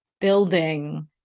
building